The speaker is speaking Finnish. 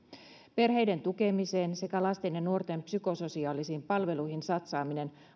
perheiden tukemiseen sekä lasten ja nuorten psykososiaalisiin palveluihin satsaaminen